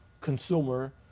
consumer